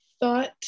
thought